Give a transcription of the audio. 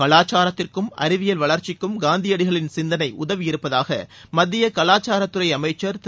கலாச்சாரத்திற்கும் அறிவியல் வளர்ச்சிக்கும் காந்தியடிகளின் சிந்தனை உதவியிருப்பதாக மத்திய கலாச்சார துறை அமைச்சர் திரு